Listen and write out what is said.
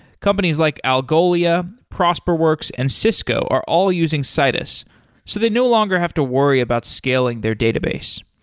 companies like algolia, prosperworks and cisco are all using citus so they no longer have to worry about scaling their database.